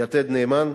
"יתד נאמן",